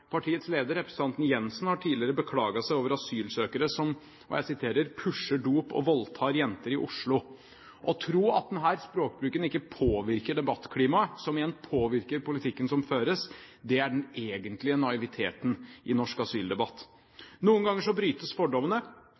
Partiets leder, representanten Jensen, har tidligere beklaget seg over asylsøkere som pusher dop og voldtar jenter i Oslo. Å tro at denne språkbruken ikke påvirker debattklimaet, som igjen påvirker politikken som føres, er den egentlige naiviteten i norsk asyldebatt. Noen ganger brytes fordommene.